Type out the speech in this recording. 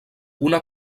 una